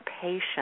patient